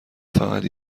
فقط